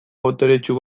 boteretsu